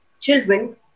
children